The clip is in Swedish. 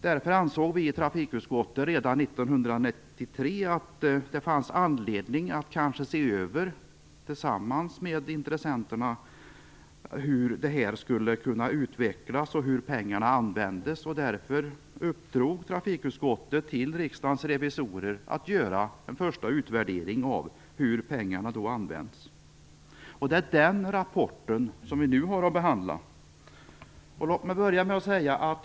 Därför ansåg vi i trafikutskottet redan 1993 att det fanns anledning att tillsammans med intressenterna se över utvecklingen och hur pengarna användes. Utskottet uppdrog därför åt Riksdagens revisorer att göra en första utvärdering av hur pengarna hade använts. Det är denna rapport som vi nu har att behandla.